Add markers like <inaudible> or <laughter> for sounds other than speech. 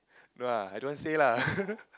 no ah I don't want say lah <laughs>